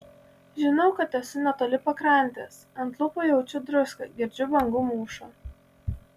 žinau kad esu netoli pakrantės ant lūpų jaučiu druską girdžiu bangų mūšą